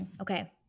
Okay